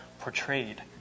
portrayed